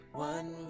one